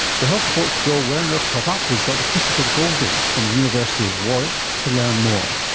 the health report's joel werner caught up with dr christopher golby from the university of warwick to learn more.